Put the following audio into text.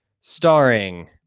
starring